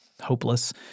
hopeless